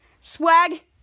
Swag